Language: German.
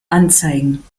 anzeigen